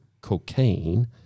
cocaine